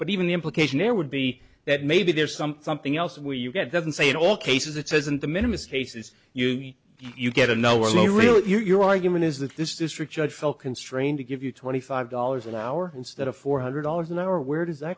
but even the implication there would be that maybe there's some something else where you get doesn't say in all cases it says and to minimize cases you you get to know what real your argument is that this district judge felt constrained to give you twenty five dollars an hour instead of four hundred dollars an hour where it is that